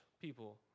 people